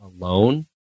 alone